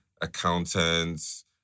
accountants